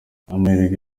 amahirwe